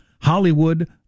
Hollywood